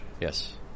Yes